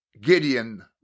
Gideon